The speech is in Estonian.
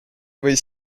või